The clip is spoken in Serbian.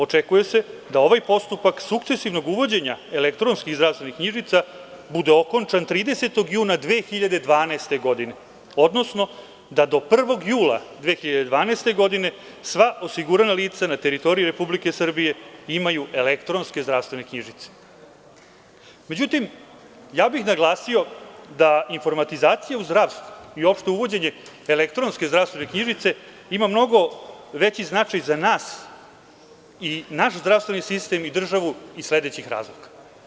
Očekuje se da ovaj postupak sukcesivnog uvođenja elektronskih zdravstvenih knjižica bude okončan 30. juna 2012. godine, odnosno da do 1. jula 2012. godine sva osigurana lica na teritoriji Republike Srbije, imaju elektronske zdravstvene knjižice. `Međutim, ja bih naglasio da informatizacija u zdravstvu i uopšte uvođenje elektronske zdravstvene knjižice ima mnogo veći značaj za nas i naš zdravstveni sistem i državu iz sledećih razloga.